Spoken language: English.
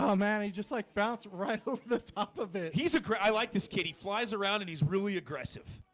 um man he just like bounced right hook the top of it. he's a great. i like this kid. he flies around and he's really aggressive